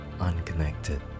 unconnected